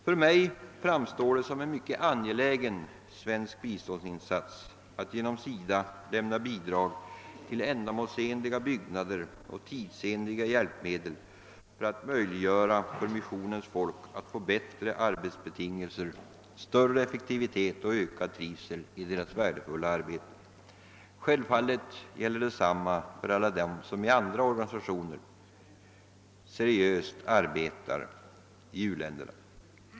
För mig framstår det som en mycket angelägen svensk biståndsinsats att genom SIDA lämna bidrag till ändamålsenliga byggnader och tidsenliga hjälpmedel för att skapa bättre arbetsbetingelser för missionens folk och därmed större effektivitet och ökad trivsel i deras värdefulla arbete. Självfallet gäller detsamma för dem som i and ra enskilda organisationer arbetar seriöst i u-länderna.